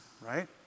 Right